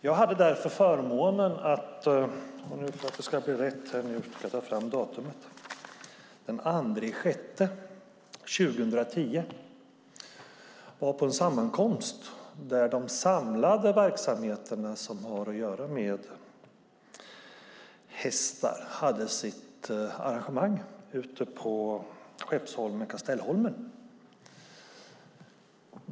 Jag hade förmånen att den 2 juni 2010 vara på de samlade hästverksamheternas arrangemang på Skeppsholmen och Kastellholmen i Stockholm.